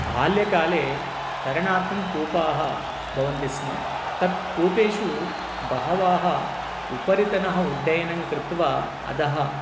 बाल्यकाले तरणार्थं कूपाः भवन्ति स्म तेषु कूपेषु बहवः उपरितनः उड्डयनं कृत्वा अधः